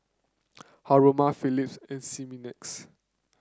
Haruma Phillips and Similac's